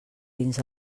dins